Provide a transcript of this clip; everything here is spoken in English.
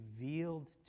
revealed